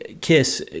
kiss